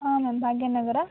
ಹಾಂ ಮ್ಯಾಮ್ ಭಾಗ್ಯನಗರ